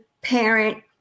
parent